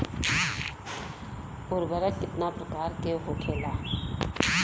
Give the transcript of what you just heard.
उर्वरक कितना प्रकार के होखेला?